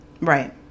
Right